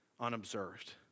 unobserved